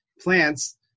plants